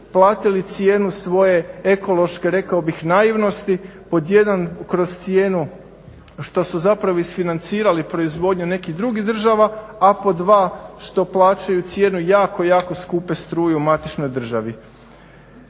platili cijenu svoje ekološke rekao bih naivnosti pod jedan kroz cijenu što su zapravo isfinancirali proizvodnju nekih drugih država, a pod dva što plaćaju cijenu jako, jako skupe struje u matičnoj državi.